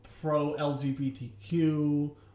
pro-LGBTQ